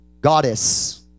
goddess